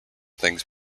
things